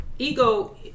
Ego